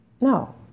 No